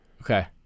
Okay